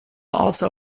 also